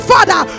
Father